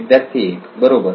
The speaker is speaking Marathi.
विद्यार्थी 1 बरोबर